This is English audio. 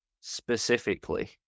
specifically